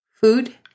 Food